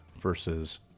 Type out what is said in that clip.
versus